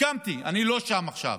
הקמתי, אני לא שם עכשיו,